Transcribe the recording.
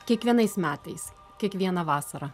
kiekvienais metais kiekvieną vasarą